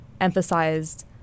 emphasized